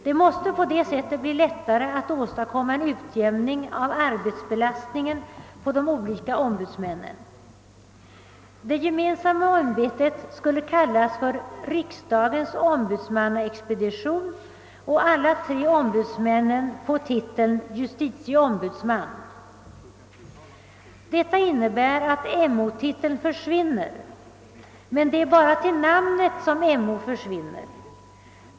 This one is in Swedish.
Det måste på det sättet bli lättare att åstadkomma en utjämning av arbetsbelastningen på de olika ombudsmännen. Det gemensamma ämbetet skulle kallas riksdagens ombudsmannaexpedition och alla tre ombudsmännen få titeln justitieombudsman. Detta innebär att MO försvinner — men bara till namnet.